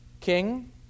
king